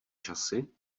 časy